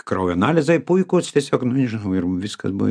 kraujo analizai puikūs tiesiog nu nežinau ir viskas buvo